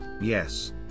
yes